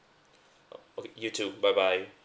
uh okay you too bye bye